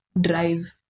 drive